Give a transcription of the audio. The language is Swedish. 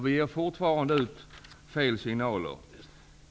Vi ger fortfarande fel signaler.